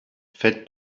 faites